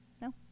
No